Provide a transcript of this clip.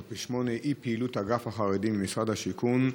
508: אי-פעילות אגף החרדים במשרד השיכון.